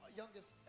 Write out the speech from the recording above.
youngest